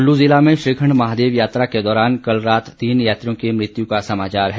कुल्लू जिला में श्रीखंड महादेव यात्रा के दौरान कल रात्र तीन यात्रियों की मृत्यु का समाचार है